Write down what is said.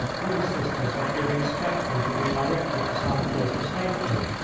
these sisters had been expecting to be directed to some place of safety.